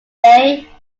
day